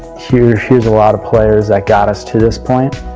here's here's a lot of players that got us to this point.